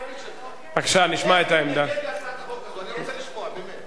אני רוצה לשמוע את העמדה העקרונית שלך.